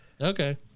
Okay